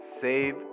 save